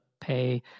pay